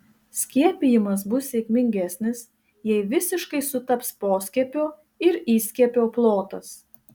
skiepijimas bus sėkmingesnis jei visiškai sutaps poskiepio ir įskiepio plotas